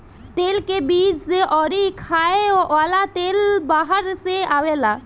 तेल के बीज अउरी खाए वाला तेल बाहर से आवेला